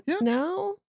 No